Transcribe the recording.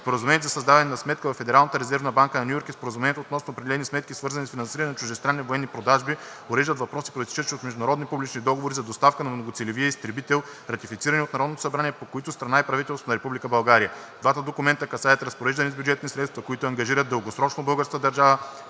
Споразумението за създаване на сметка във Федералната резервна банка на Ню Йорк и Споразумението относно определени сметки, свързани с финансиране на чуждестранни военни продажби, уреждат въпроси, произтичащи от международни публични договори за доставка на многоцелевия изтребител, ратифицирани от Народното събрание, по които страна е правителството на Република България. Двата документа касаят разпореждане с бюджетни средства, които ангажират дългосрочно българската държава